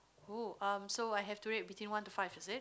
oh um so I have to rate between one to five is it